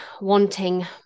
wanting